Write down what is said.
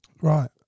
Right